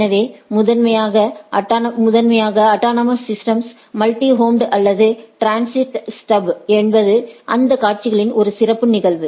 எனவே முதன்மையாக autonomous systems multi home அல்லது டிரான்ஸிட் ஸ்டப் என்பது அந்த காட்சிகளின் ஒரு சிறப்பு நிகழ்வு